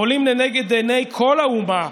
עולים לנגד עיני כל האומה,